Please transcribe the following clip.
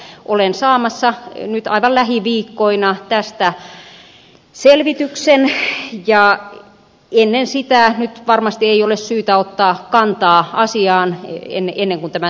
olen saamassa nyt aivan lähiviikkoina tästä selvityksen ja ennen sitä nyt varmasti ei ole syytä ottaa kantaa asiaan ennen kuin tämän selvityksen saan